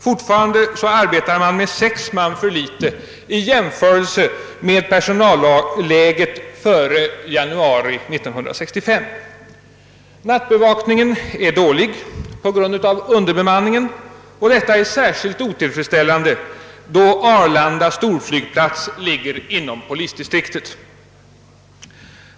Fortfarande arbetar distriktet med sex man för litet i jämförelse med personalläget före januari 1965. Nattbevakningen är dålig på grund av underbemanningen, och detta är särskilt otillfredsställande, då Arlanda storflygplats ligger inom detta distrikt.